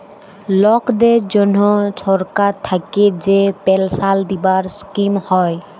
লকদের জনহ সরকার থাক্যে যে পেলসাল দিবার স্কিম হ্যয়